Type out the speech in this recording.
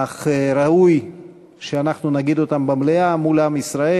אך ראוי שנגיד אותם במליאה, מול עם ישראל.